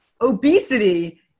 obesity